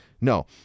No